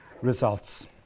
results